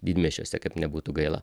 didmiesčiuose kaip nebūtų gaila